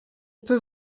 peut